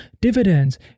dividends